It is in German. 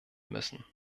müssen